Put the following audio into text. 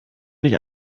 nicht